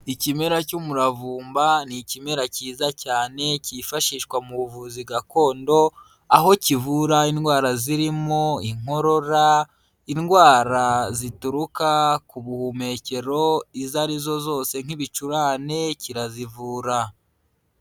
Ikimera cy'umuravumba ni ikimera kiza cyane kifashishwa mu buvuzi gakondo, aho kivura indwara zirimo inkorora, indwara zituruka ku buhumekero izo arizo zose nk'ibicurane kirazivura.